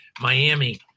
Miami